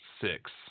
six